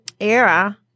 era